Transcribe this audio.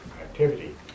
activity